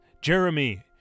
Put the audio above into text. Jeremy